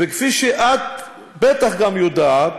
וכפי שאת בטח גם יודעת,